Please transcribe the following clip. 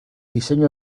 diseño